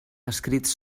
escrits